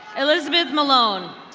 elizabeth malone.